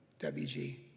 WG